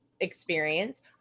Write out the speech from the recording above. experience